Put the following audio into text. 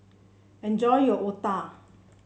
enjoy your otah